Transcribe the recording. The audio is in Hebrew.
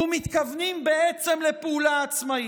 ומתכוונים בעצם לפעולה עצמאית.